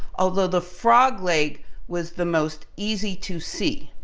although the frog leg was the most easy to see.